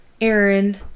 Aaron